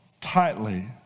tightly